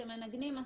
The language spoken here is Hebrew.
אתם מנגנים מקסים.